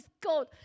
God